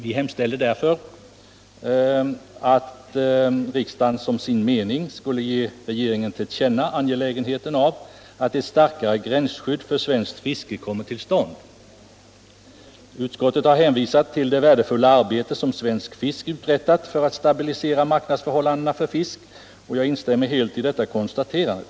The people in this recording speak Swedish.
Vi hemställer där för att riksdagen som sin mening skulle ge regeringen till känna angelägenheten av att ett starkare gränsskydd för svenskt fiske kommer till stånd. Utskottet har hänvisat till det värdefulla arbete som Svensk fisk uträttat för att stabilisera marknadsförhållandena för fisk och jag instämmer helt i detta konstaterande.